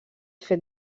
fet